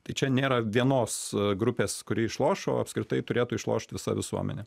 tai čia nėra vienos grupės kuri išloš o apskritai turėtų išlošt visa visuomenė